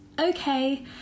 okay